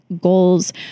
goals